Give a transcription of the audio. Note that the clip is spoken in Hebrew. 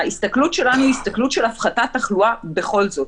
ההסתכלות שלנו היא הסתכלות של הפחתת תחלואה בכל זאת.